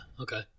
okay